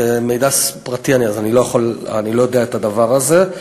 זה מידע פרטי, אני לא יודע את הדבר הזה.